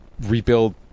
rebuild